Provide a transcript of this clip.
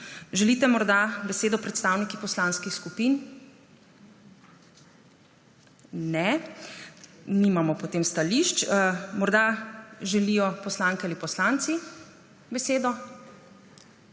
Želite morda besedo predstavniki poslanskih skupin? Ne. Nimamo potem stališč. Morda želijo besedo poslanke in poslanci?